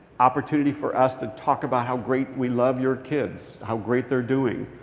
opportunity for us to talk about how great we love your kids how great they're doing.